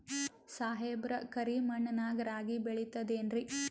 ಸಾಹೇಬ್ರ, ಕರಿ ಮಣ್ ನಾಗ ರಾಗಿ ಬೆಳಿತದೇನ್ರಿ?